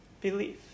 belief